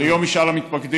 ביום משאל המתפקדים.